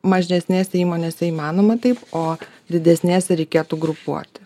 mažesnėse įmonėse įmanoma taip o didesnėse reikėtų grupuoti